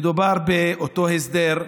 שמדובר באותו הסדר,